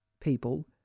people